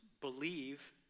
believe